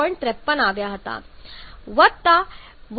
53 આવ્યા હતા વત્તા 1